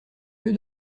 que